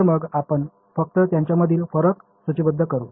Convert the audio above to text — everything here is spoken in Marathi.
तर मग आपण फक्त त्यांच्यामधील फरक सूचीबद्ध करू